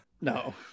No